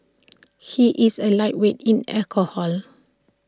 he is A lightweight in alcohol